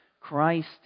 Christ